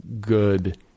good